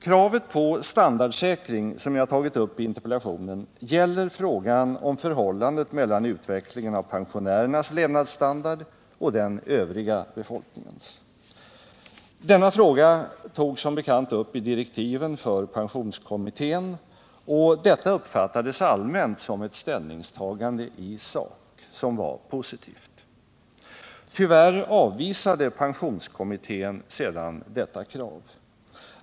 Kravet på standardsäkring, som jag har tagit upp i interpellationen, gäller frågan om förhållandet mellan utvecklingen av pensionärernas levnadsstandard och den övriga befolkningens. Denna fråga togs upp i direktiven för pensionskommittén, och detta uppfattades allmänt som ett positivt ställningstagande i sak. Tyvärr avvisade pensionskommittén sedan detta krav.